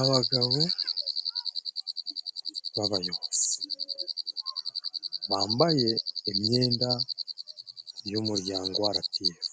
Abagabo b'abayobozi. Bambaye imyenda y'umuryango wa arapiyefu.